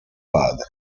padre